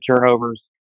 turnovers